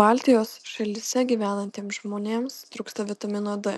baltijos šalyse gyvenantiems žmonėms trūksta vitamino d